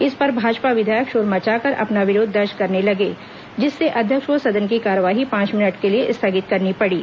इस पर भाजपा विधायक शोर मचाकर अपना विरोध दर्ज करने लगे जिससे अध्यक्ष को सदन की कार्यवाही पांच मिनट के लिए स्थगित करनी पड़ी